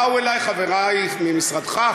באו אלי חברי ממשרדך,